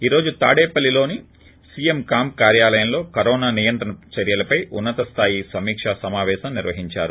ఈ రోజు తాడేపల్లిలోన్ సీఎం క్యాంప్ కార్యాలయంలో కరోనా నియంత్రణ చర్యలపై ఉన్న తస్లాయి సమీక సమాపేశం నిర్వహిందారు